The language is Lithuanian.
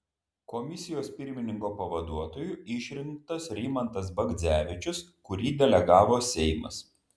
komisijos pirmininko pavaduotoju išrinktas rimantas bagdzevičius kurį delegavo seimas